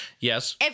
Yes